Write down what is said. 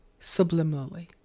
subliminally